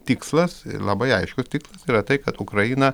tikslas labai aiškus tik yra tai kad ukraina